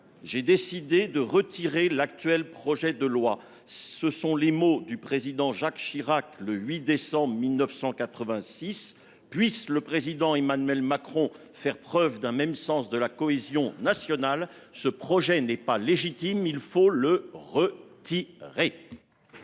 j'ai décidé de retirer l'actuel projet de loi. » Ce sont les mots du président Jacques Chirac, le 8 décembre 1986. Puisse le président Emmanuel Macron faire preuve d'un même sens de la cohésion nationale. Ce projet n'est pas légitime. Il faut le retirer